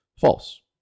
False